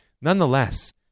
Nonetheless